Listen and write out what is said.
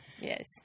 Yes